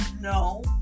No